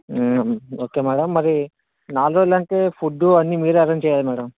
okay madam మరి నాలుగు రోజులంటే ఫుడ్డూ అన్నీ మీరే అరేంజ్ చెయ్యాలి మేడమ్